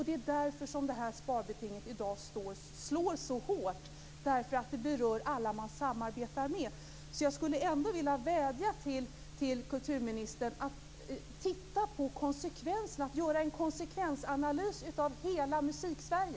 Just därför slår det här sparbetinget i dag så hårt. Det berör ju alla som man samarbetar med. Jag har alltså här en vädjan till kulturministern. Man måste titta närmare på konsekvenserna, dvs. göra en konsekvensanalys, av hela Musiksverige.